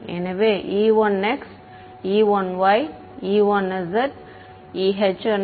எனவே e1xe1ye1zh1xh1yh1z11s211s2